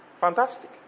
Fantastic